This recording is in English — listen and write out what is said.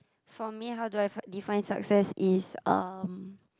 for me how do I find define success is um